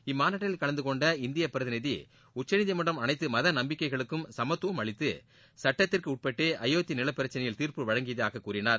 இம்மாநாட்டில் கலந்துகொண்ட இந்திய பிரதிநிதி உச்சநீதிமன்றம் அனைத்து மத நம்பிக்கைகளுக்கும் சமத்துவம் அளித்து சுட்டத்திற்கு உட்பட்டே அயோத்தி நிலப்பிரச்சனையில் தீர்ப்பு வழங்கியதாக கூறினார்